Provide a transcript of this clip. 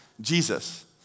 Jesus